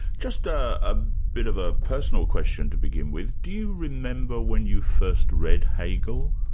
just ah a bit of a personal question to begin with do you remember when you first read hegel?